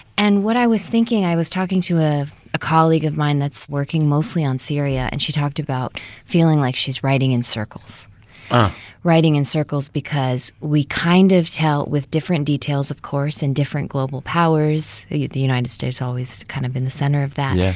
and what i was thinking i was talking to ah a ah colleague of mine that's working mostly on syria. and she talked about feeling like she's writing in circles writing in circles because we kind of tell it with different details, of course, in different global powers the the united states always kind of in the center of that. yeah